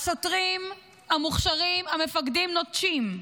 השוטרים המוכשרים, המפקדים, נוטשים,